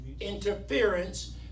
interference